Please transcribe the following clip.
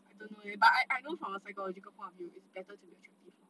I don't know leh but I I know from a psychological point of view it's better to be attractive lor